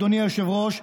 אדוני היושב-ראש,